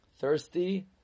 thirsty